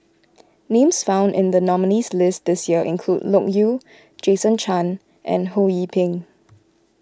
names found in the nominees' list this year include Loke Yew Jason Chan and Ho Yee Ping